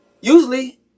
Usually